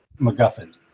MacGuffin